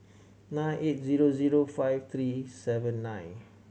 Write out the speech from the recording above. nine eight zero zero five three seven nine